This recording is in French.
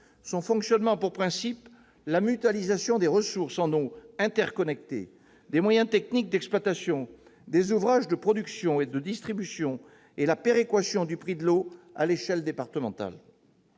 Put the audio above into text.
Son fonctionnement a pour principe la mutualisation des ressources en eau interconnectées, des moyens techniques d'exploitation, des ouvrages de production et de distribution, et la péréquation du prix de l'eau à l'échelle départementale.